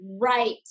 right